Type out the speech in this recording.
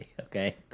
okay